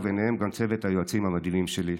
וביניהם גם צוות היועצים המדהימים שלי.